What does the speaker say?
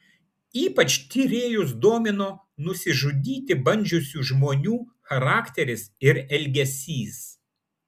ypač tyrėjus domino nusižudyti bandžiusių žmonių charakteris ir elgesys